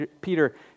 Peter